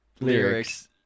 lyrics